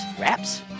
wraps